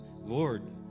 Lord